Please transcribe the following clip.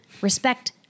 respect